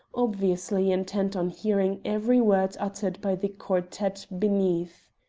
obviously intent on hearing every word uttered by the quartette beneath.